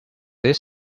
list